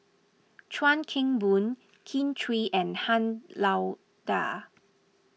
Chuan Keng Boon Kin Chui and Han Lao Da